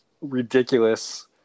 ridiculous